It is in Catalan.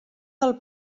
del